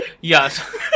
Yes